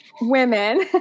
women